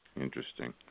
Interesting